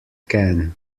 can